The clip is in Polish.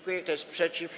Kto jest przeciw?